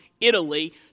Italy